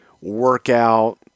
workout